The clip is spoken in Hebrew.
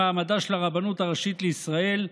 במעמדה של הרבנות הראשית לישראל,